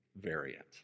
variant